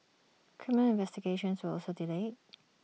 criminal investigations were also delayed